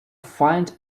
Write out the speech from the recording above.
find